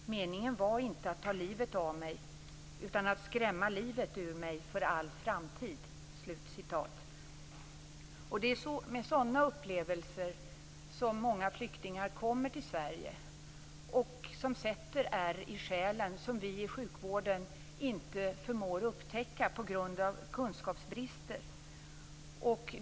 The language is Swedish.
Meningen var inte att ta livet av mig utan att skrämma livet ur mig för all framtid." Det är med sådana upplevelser som många flyktingar kommer till Sverige, och de sätter ärr i själen som vi i sjukvården inte förmår upptäcka på grund av kunskapsbrister.